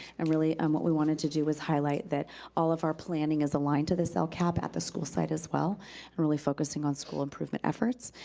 and really, um what we wanted to do was highlight that all of our planning is aligned to this lcap at the school site as well, and we're really focusing on school improvement efforts,